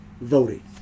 voting